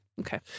Okay